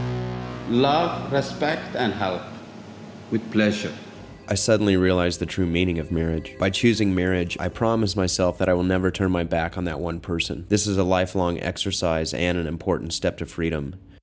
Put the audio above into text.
fact and how with pleasure i suddenly realize the true meaning of marriage by choosing marriage i promise myself that i will never turn my back on that one person this is a lifelong exercise and an important step to freedom